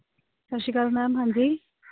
ਸਤਿ ਸ਼੍ਰੀ ਅਕਾਲ ਮੈਮ ਹਾਂਜੀ